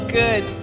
good